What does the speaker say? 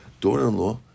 daughter-in-law